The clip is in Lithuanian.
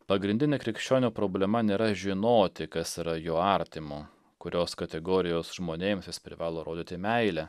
pagrindinė krikščionio problema nėra žinoti kas yra jo artimu kurios kategorijos žmonėms jis privalo rodyti meilę